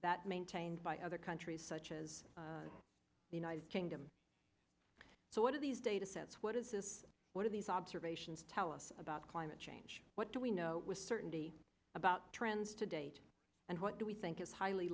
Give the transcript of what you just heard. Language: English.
that maintained by other countries such as the united kingdom so what are these datasets what is this what are these observations tell us about climate change what do we know with certainty about trends to date and what do we think is highly